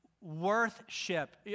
worth-ship